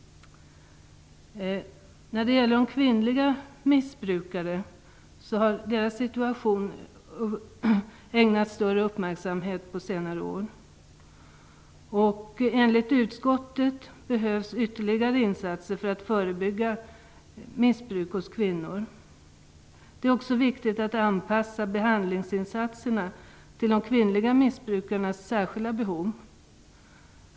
Kvinnliga missbrukares situation har ägnats större uppmärksamhet på senare år. Enligt utskottet behövs ytterligare insatser för att förebygga missbruk hos kvinnor. Det är också viktigt att anpassa behandlingsinsatserna till de kvinnliga missbrukarnas särskilda behov.